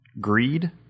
greed